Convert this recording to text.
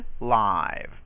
live